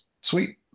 Sweet